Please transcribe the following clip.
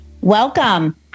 Welcome